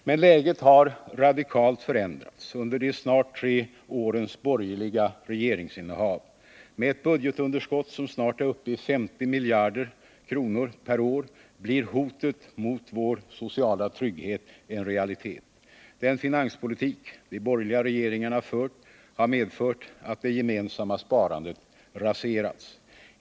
Men läget har radikalt förändrats under de snart tre årens borgerliga regeringsinnehav. Med ett budgetunderskott som snart är uppe i 50 miljarder kronor per år blir hotet mot vår sociala trygghet en realitet. Den finanspolitik de borgerliga regeringarna fört har medfört att det gemensamma sparandet raserats.